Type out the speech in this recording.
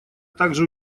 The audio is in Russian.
также